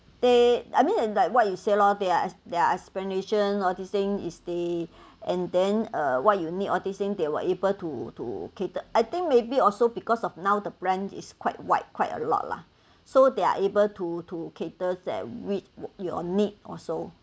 they I mean and like what you say lor their their explanation all these thing is they and then uh what you need all these thing they will able to to cater I think maybe also because of now the brand is quite wide quite a lot lah so they are able to to caters that which your need also